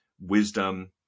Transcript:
wisdom